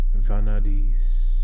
Vanadis